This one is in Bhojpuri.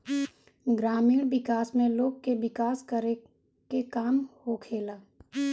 ग्रामीण विकास में लोग के विकास करे के काम होखेला